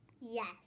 Yes